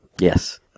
Yes